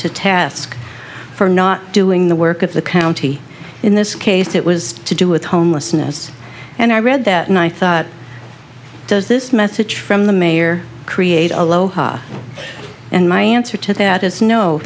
to task for not doing the work of the county in this case it was to do with homelessness and i read that and i thought does this message from the mayor create aloha and my answer to that is no